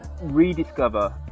rediscover